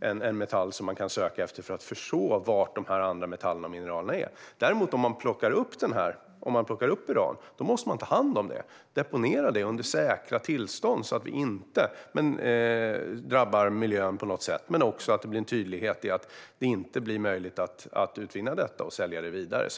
är en metall som man kan söka efter för att förstå var de andra metallerna och mineralerna är. Om man däremot plockar upp uran måste man ta hand om det och deponera det under säkra tillstånd, så att det inte drabbar miljön på något sätt. På så sätt blir det en tydlighet i att det inte blir möjligt att utvinna detta och sälja det vidare.